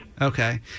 okay